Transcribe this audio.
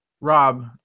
Rob